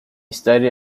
studied